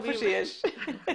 איפה שיש.